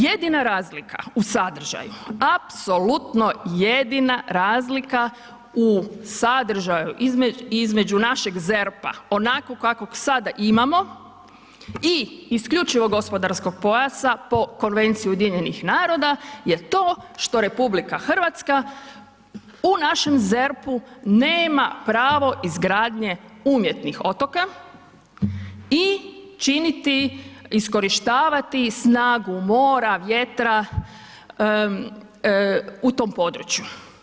Jedina razlika u sadržaju apsolutno jedina razlika u sadržaju između našeg ZERP-a onakvog kakvog sada imamo i isključivog gospodarskog pojasa po Konvenciji UN-a je to što RH u našem ZERP-u nema pravo izgradnje umjetnih otoka i činiti iskorištavati snagu mora, vjetra u tom području.